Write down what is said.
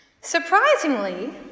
Surprisingly